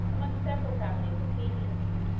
among several families of plebeians.